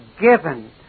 given